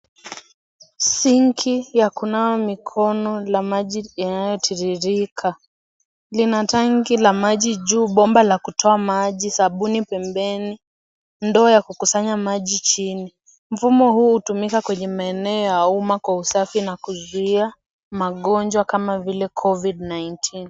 Sinki ya kunawa mikono la maji inayotiririka. Lina tanki la maji juu, bomba la kutoa maji, sabuni pembeni, ndoo ya kukusanya maji chini. Mfumo huu hutumika kwenye maeneo ya umma kwa usafi na kuzuia magonjwa kama vile COVID-19.